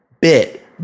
bit